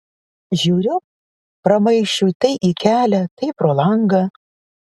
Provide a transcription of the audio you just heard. žiūriu pramaišiui tai į kelią tai pro langą